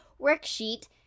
worksheet